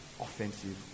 offensive